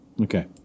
Okay